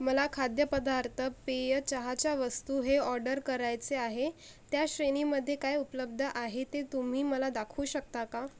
मला खाद्यपदार्थ पेय चहाच्या वस्तू हे ऑर्डर करायचे आहे त्या श्रेणीमध्ये काय उपलब्ध आहे ते तुम्ही मला दाखवू शकता का